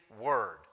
word